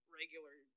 regular